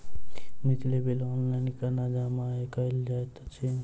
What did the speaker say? बिजली bill online कोना जमा कएल जाइत अछि?